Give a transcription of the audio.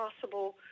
possible